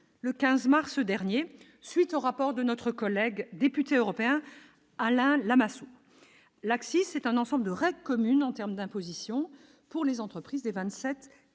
le 15 mars dernier suite au rapport de notre collègue député européen Alain Lamassoure laxistes, c'est un ensemble de règles communes en terme d'imposition pour les entreprises des 27